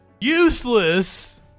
Useless